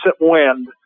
wind